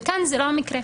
וכאן זה לא המקרה.